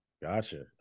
Gotcha